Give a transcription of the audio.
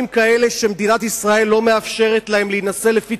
שמדינת ישראל לא מאפשרת להם להינשא לפי